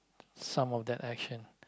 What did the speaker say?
some of that action